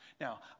Now